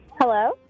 Hello